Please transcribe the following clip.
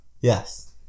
yes